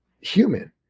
human